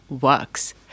works